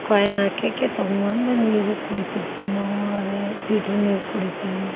coin ಹಾಕ್ಯಾಕಿ ತಗೊಂಬಂದು ನೀರು ಕುಡಿತಿರ್ತೀವಿ ನಾವು ಅದು ಪೀಟ್ರ್ ನೀರು ಕುಡೀತೀವಿ